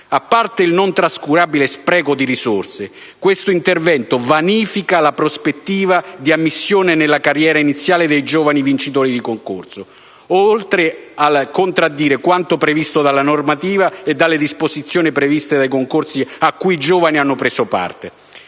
A parte il non trascurabile spreco di risorse, questo intervento vanifica la prospettiva di ammissione nella carriera iniziale dei giovani vincitori di concorso, oltre a contraddire quanto previsto dalla normativa e dai requisiti dei concorsi a cui i giovani hanno preso parte.